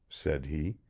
said he.